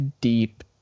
deep